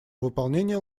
выполнение